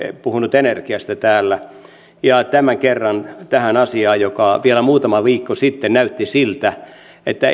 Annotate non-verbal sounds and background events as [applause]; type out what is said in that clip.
puhunut täällä energiasta ja tämän kerran puutun tähän asiaan joka vielä muutama viikko sitten näytti siltä että [unintelligible]